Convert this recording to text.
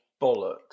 bollocks